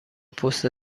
پست